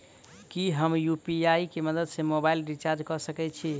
की हम यु.पी.आई केँ मदद सँ मोबाइल रीचार्ज कऽ सकैत छी?